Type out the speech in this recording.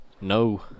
No